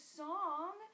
song